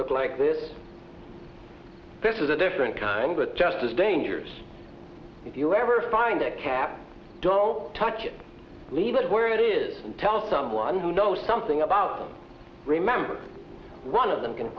look like this this is a different kind but just as dangerous if you ever find a cab don't touch it leave it where it is and tell someone who knows something about them remember one of them